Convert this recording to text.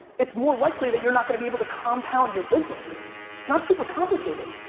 it's more likely that you're not gonna be able to compound your business. it's not super complicated.